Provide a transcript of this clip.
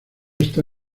está